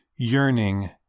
yearning